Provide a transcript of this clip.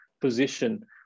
position